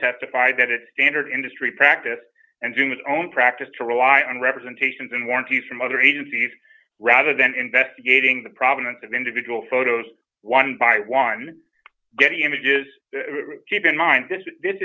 testified that it's standard industry practice and do my own practice to rely on representations and warranties from other agencies rather than investigating the problem it's an individual photos one by one getty images keep in mind this this